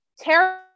terrible